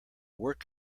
work